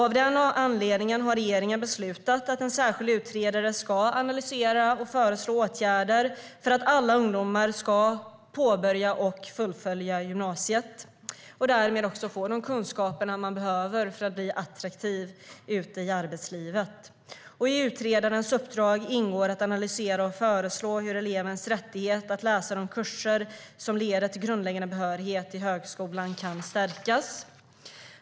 Av den anledningen har regeringen beslutat att en särskild utredare ska analysera och föreslå åtgärder för att alla ungdomar ska påbörja och fullfölja gymnasiet och därmed också få de kunskaper man behöver för att bli attraktiv ute i arbetslivet. I utredarens uppdrag ingår att analysera och föreslå hur elevens rättighet att läsa de kurser som leder till grundläggande behörighet till högskolan kan stärkas.